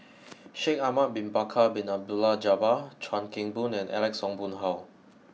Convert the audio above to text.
Shaikh Ahmad Bin Bakar Bin Abdullah Jabbar Chuan Keng Boon and Alex Ong Boon Hau